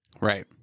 Right